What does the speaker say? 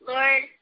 Lord